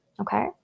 okay